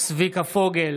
צביקה פוגל,